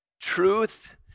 Truth